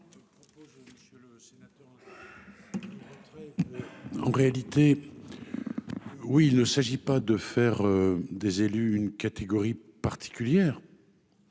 En réalité, oui, il ne s'agit pas de faire des élus une catégorie particulière